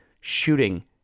shooting